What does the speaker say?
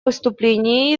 выступление